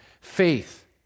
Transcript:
FAITH